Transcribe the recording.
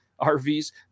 RVs